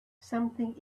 something